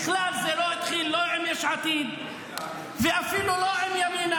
בכלל זה לא התחיל לא עם יש עתיד ואפילו לא עם ימינה,